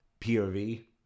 POV